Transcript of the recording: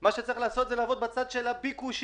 מה שצריך לעשות זה לעבוד בצד של הביקושים.